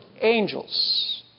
Angels